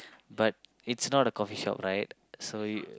but it's not a coffee shop right so you